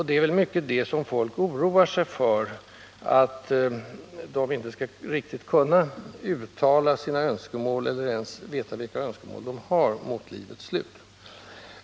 Det är väl detta som folk oroar sig för — att de inte skall kunna uttala sina önskemål eller ens veta vilka önskemål de har mot livets slut.